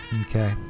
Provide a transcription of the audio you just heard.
Okay